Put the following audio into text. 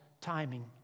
timing